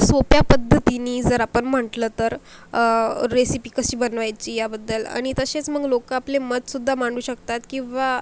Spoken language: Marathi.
सोप्या पद्धतीनी जर आपण म्हटलं तर रेसिपी कशी बनवायची याबद्दल आणि तसेच मग लोक आपले मतसुद्धा मांडू शकतात किंवा